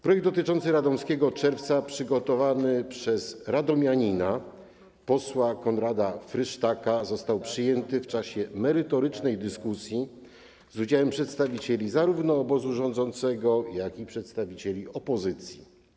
Projekt dotyczący radomskiego Czerwca przygotowany przez radomianina posła Konrada Frysztaka został przyjęty w czasie merytorycznej dyskusji z udziałem przedstawicieli zarówno obozu rządzącego, jak i opozycji.